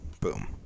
Boom